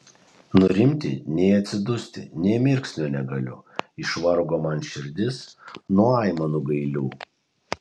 nurimti nei atsidusti nė mirksnio negaliu išvargo man širdis nuo aimanų gailių